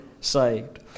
saved